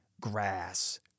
grass